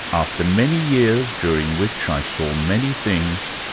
after many years during which i saw many things,